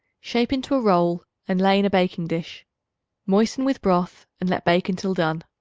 shape into a roll and lay in a baking-dish moisten with broth and let bake until done.